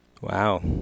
Wow